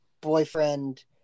boyfriend